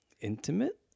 intimate